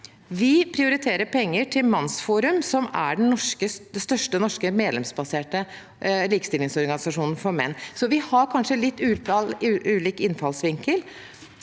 Vi prioriterer penger til MannsForum, som er den største norske medlemsbaserte likestillingsorganisasjonen for menn. Vi har kanskje litt ulik innfallsvinkel,